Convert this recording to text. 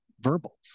verbal